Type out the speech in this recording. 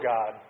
God